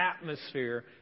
atmosphere